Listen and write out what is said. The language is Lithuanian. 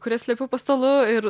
kurias slėpiau po stalu ir